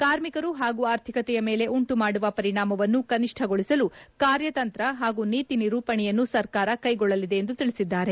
ಕಾರ್ಮಿಕರು ಹಾಗೂ ಆರ್ಥಿಕತೆಯ ಮೇಲೆ ಉಂಟುಮಾಡುವ ಪರಿಣಾಮವನ್ನು ಕನಿಷ್ಠಗೊಳಿಸಲು ಕಾರ್ಯತಂತ್ರ ಹಾಗೂ ನೀತಿ ನಿರೂಪಣೆಯನ್ನು ಸರ್ಕಾರ ಕ್ಲೆಗೊಳ್ಳಲಿದೆ ಎಂದು ತಿಳಿಸಿದ್ದಾರೆ